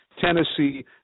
Tennessee